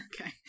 Okay